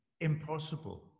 impossible